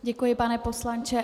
Děkuji, pane poslanče.